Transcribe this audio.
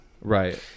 Right